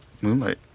Moonlight